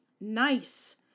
nice